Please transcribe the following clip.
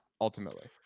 ultimately